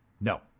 No